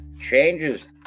changes